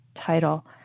title